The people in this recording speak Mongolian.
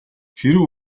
хэрэв